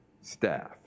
staff